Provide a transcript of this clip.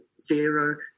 zero